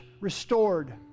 restored